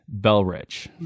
Belrich